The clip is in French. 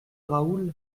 raoul